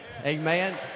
Amen